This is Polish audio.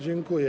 Dziękuję.